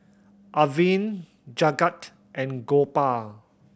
Arvind Jagat and Gopal